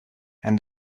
and